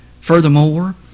Furthermore